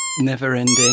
Never-ending